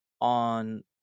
on